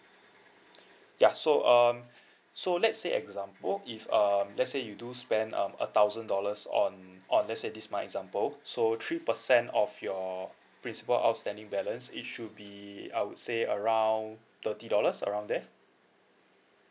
ya so um so let's say example if um let's say you do spend um a thousand dollars on on let's say this my example so three percent of your principle outstanding balance it should be I would say around thirty dollars around there